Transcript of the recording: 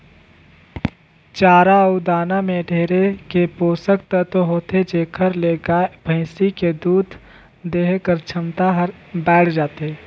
चारा अउ दाना में ढेरे के पोसक तत्व होथे जेखर ले गाय, भइसी के दूद देहे कर छमता हर बायड़ जाथे